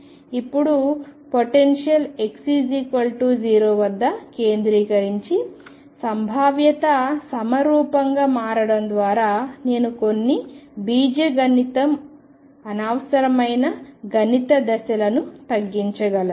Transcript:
ఇప్పుడు పొటెన్షియల్ని x0 వద్ద కేంద్రీకరించి సంభావ్యత సమరూపంగా మారడం ద్వారా నేను కొన్ని బీజగణితం అనవసరమైన గణిత దశలను తగ్గించగలను